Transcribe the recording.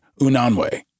Unanwe